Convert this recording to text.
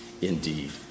indeed